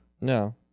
No